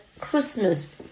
Christmas